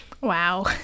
Wow